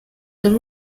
the